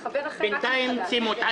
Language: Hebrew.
גם אם לא ייתנו שמות,